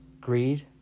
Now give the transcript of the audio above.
greed